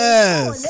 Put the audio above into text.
Yes